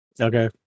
Okay